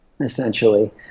essentially